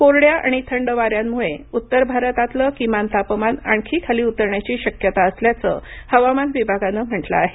कोरड्या आणि थंड वाऱ्यांमुळे उत्तर भारतातलं किमान तापमान आणखी खाली उतरण्याची शक्यता असल्याचं हवामान विभागानं म्हटलं आहे